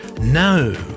no